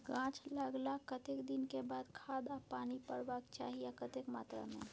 गाछ लागलाक कतेक दिन के बाद खाद आ पानी परबाक चाही आ कतेक मात्रा मे?